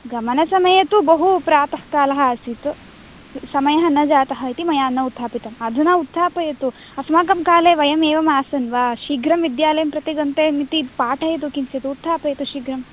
गमनसमये तु बहु प्रात काल आसीत् समय न जात इति मया न उत्थापितम् अधुना उत्थापयतु अस्माकं काले वयम् एवम् आसन् वा शीघ्रं विद्यालयं प्रति गन्तव्यमिति पाठयतु किञ्चित् उत्थापयतु शीघ्रम्